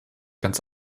ganz